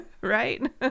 right